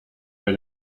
bei